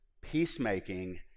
peacemaking